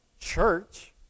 church